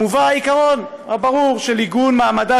מובא העיקרון הברור של עיגון מעמדה